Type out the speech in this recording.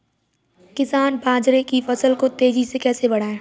किसान बाजरे की फसल को तेजी से कैसे बढ़ाएँ?